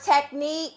technique